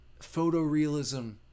photorealism